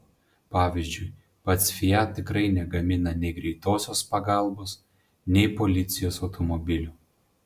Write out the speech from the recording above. pavyzdžiui pats fiat tikrai negamina nei greitosios pagalbos nei policijos automobilių